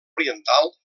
oriental